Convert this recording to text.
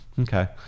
okay